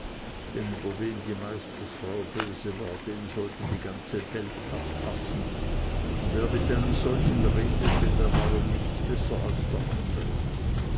wen die meistersfrau böse war den sollte die ganze welt hassen und wer mit einem solchen redete der war um nichts besser als der andere